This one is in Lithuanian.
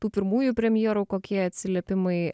tų pirmųjų premjerų kokie atsiliepimai